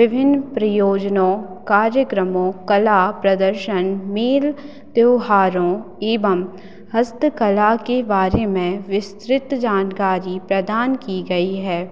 विभिन्न प्रयोजनों कार्यक्रमों कला प्रदर्शन मेल त्योहारों एवं हस्तकला के बारे में विस्तृत जानकारी प्रदान की गई है